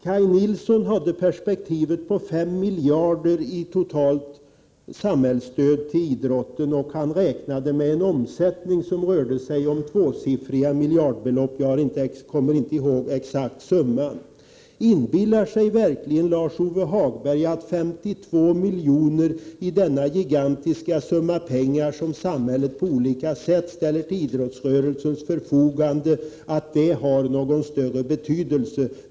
Kaj Nilsson hade perspektivet 5 miljarder kronor i totalt samhällsstöd till idrotten. Han räknade med en omsättning som rör sig om tvåsiffriga miljardbelopp. Jag kommer inte ihåg den exakta summan. Inbillar sig verkligen Lars-Ove Hagberg att 52 milj.kr. i denna gigantiska summa pengar som samhället på olika sätt ställer till idrottsrörelsens förfogande har någon större betydelse?